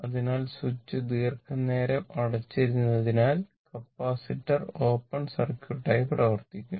അതിനാൽ സ്വിച്ച് ദീർഘനേരം അടച്ചിരിക്കുന്നതിനാൽ കപ്പാസിറ്റർ ഓപ്പൺ സർക്യൂട്ടായി പ്രവർത്തിക്കും